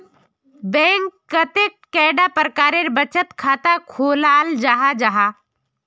Bank कतेक कैडा प्रकारेर बचत खाता खोलाल जाहा जाहा?